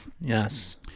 Yes